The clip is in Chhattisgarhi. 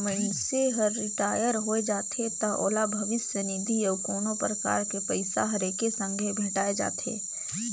मइनसे हर रिटायर होय जाथे त ओला भविस्य निधि अउ कोनो परकार के पइसा हर एके संघे भेंठाय जाथे